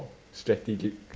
strategic